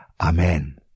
Amen